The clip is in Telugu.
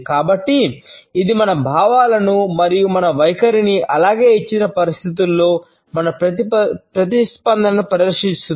కాబట్టి ఇది మన భావాలను మరియు మన వైఖరిని అలాగే ఇచ్చిన పరిస్థితిలో మన ప్రతిస్పందనను ప్రదర్శిస్తుంది